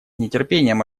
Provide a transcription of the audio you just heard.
нетерпением